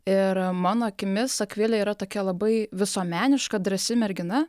ir mano akimis akvilė yra tokia labai visuomeniška drąsi mergina